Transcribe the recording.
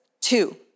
two